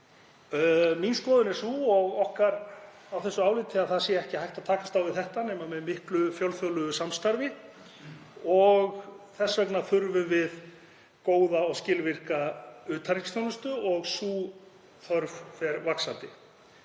Mín skoðun er sú, og okkar, á þessu áliti að ekki sé hægt að takast á við þetta nema með miklu fjölþjóðlegu samstarfi. Þess vegna þurfum við góða og skilvirka utanríkisþjónustu og sú þörf fer vaxandi.